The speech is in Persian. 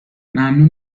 ممنون